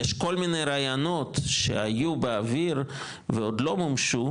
יש כל מיני רעיונות שהיו באוויר ועוד לא מומשו,